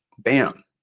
Bam